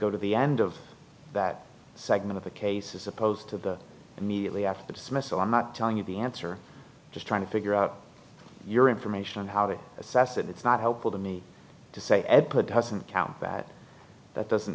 go to the end of that segment of the case as opposed to the immediately after the dismissal i'm not telling you the answer just trying to figure out your information on how to assess it it's not helpful to me to say ed put doesn't count that that doesn't